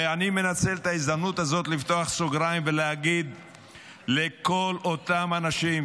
ואני מנצל את ההזדמנות הזאת לפתוח סוגריים ולהגיד לכל אותם אנשים